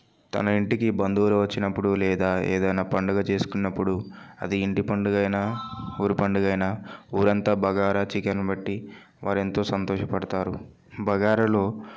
తన ఇంటికి బంధువులు వచ్చినప్పుడు లేదా ఏదైనా పండగ చేసుకున్నప్పుడు అది ఇంటి పండగైనా ఊరి పండగ అయినా ఊరంతా బగారా చికెన్ పెట్టి వారెంతో సంతోషపడతారు బగారాలో